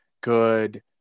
good